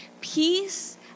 peace